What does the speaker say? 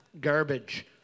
Garbage